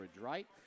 right